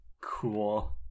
Cool